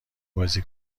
بازی